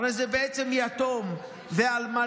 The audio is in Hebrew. הרי זה בעצם יתום ואלמנה,